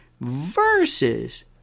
versus